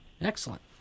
Excellent